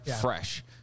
fresh